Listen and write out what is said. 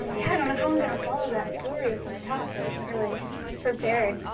yeah, i don't know how i'm gonna follow that story with my talk. i wasn't really prepared.